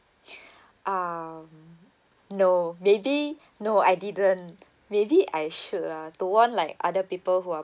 um no maybe no I didn't maybe I should ah to warn like other people who are